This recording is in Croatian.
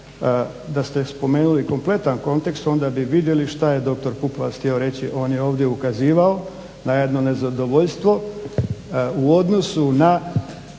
da ste spomenuli kompletan kontekst onda bi vidjeli šta je doktor Pupovac htio reći. On je ovdje ukazivao na jedno nezadovoljstvo u odnosu na